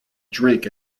drink